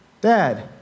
dad